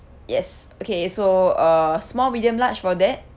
yes okay so uh small medium large for that